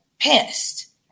pissed